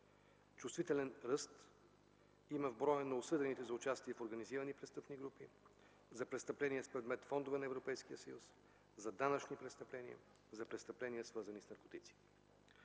Чувствителен ръст има в броя на осъдените за участие в организирани престъпни групи, за престъпления с предмет фондове на Европейския съюз, за данъчни престъпления, за престъпления, свързани с наркотици.